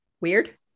Weird